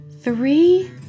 three